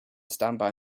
standby